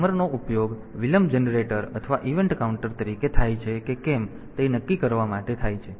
તેથી ટાઇમરનો ઉપયોગ વિલંબ જનરેટર અથવા ઇવેન્ટ કાઉન્ટર તરીકે થાય છે કે કેમ તે નક્કી કરવા માટે થાય છે